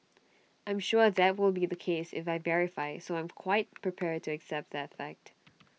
I'm sure that will be the case if I verify so I'm quite prepared to accept that fact